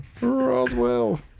Roswell